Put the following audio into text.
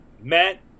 Matt